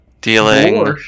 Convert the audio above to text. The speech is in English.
Dealing